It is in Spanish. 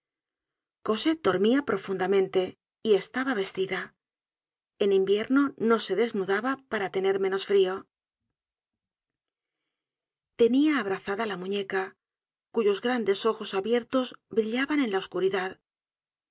cosette dormia profundamente y estaba vestida en invierno no se desnudaba para tener menos frio tenia abrazada la muñeca cuyos grandes ojos abiertos brillaban en la oscuridad